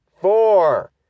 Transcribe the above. Four